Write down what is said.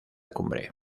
cumbre